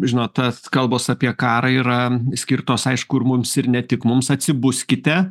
žinot tas kalbos apie karą yra skirtos aišku ir mums ir ne tik mums atsibuskite